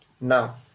Now